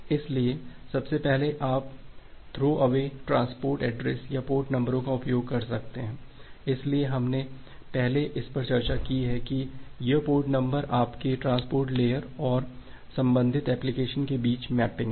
इसलिए सबसे पहले आप थ्रोअवे ट्रांसपोर्ट एड्रेस या पोर्ट नंबरों का उपयोग कर सकते हैं इसलिए हमने पहले इस पर चर्चा की है कि यह पोर्ट नंबर आपके ट्रांसपोर्ट लेयर और संबंधित एप्लिकेशन के बीच मैपिंग है